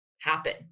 happen